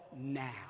now